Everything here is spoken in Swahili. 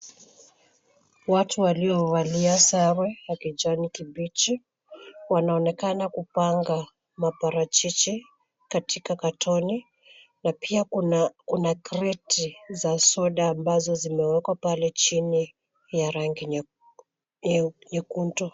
Watu walio valia sare ya kijani kibichi, wanaonekana kupanga maparachichi katika katoni. Na pia kuna kreti za soda ambazo zimewekwa pale chini ya rangi nyekundu.